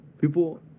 people